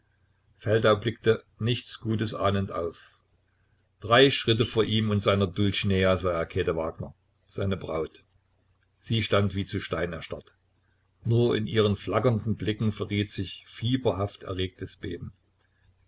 feldau blickte nichts gutes ahnend auf drei schritte vor ihm und seiner dulzinea sah er käthe wagner seine braut sie stand wie zu stein erstarrt nur in ihren flackernden blicken verriet sich fieberhaft erregtes beben